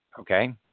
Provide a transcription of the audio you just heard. Okay